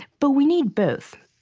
but we need both,